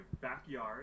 backyard